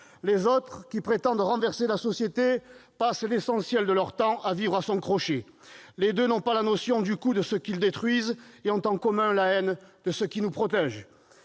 les autres, qui prétendent renverser la société, passent l'essentiel de leur temps à vivre à ses crochets. Les deux n'ont pas la notion du coût de ce qu'ils détruisent et ont en commun la haine de ceux qui nous protègent.